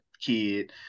kid